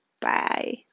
Bye